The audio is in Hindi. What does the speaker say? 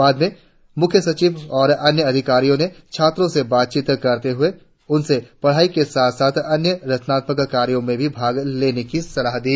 बाद में मुख्य सचिव और अन्य अधिकारियों ने छात्रों से बातचीत करते हुए उनसे पढ़ाई के साथ साथ अन्य रचनात्मक कार्यों में भी भाग लेने की सलाह दी